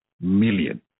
million